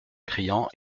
criant